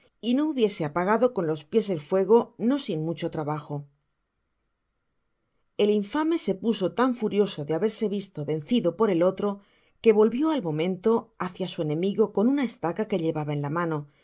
y no hubiese apagado con los pies el fuego no sin mucho trabajo el infame se puso tan furioso de haberse visto vencido por el otro que volvió al momento hácia su enemigo con una estaca que llevaba en la mano y